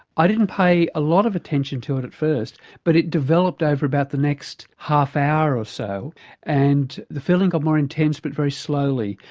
i didn't pay a lot of attention to it at first but it developed over about the next half hour or so and the feeling got more intense but very slowly.